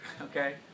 Okay